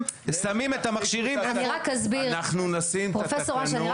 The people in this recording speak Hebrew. שמים את המכשירים איפה --- אנחנו נשים את התקנות בפריפריה.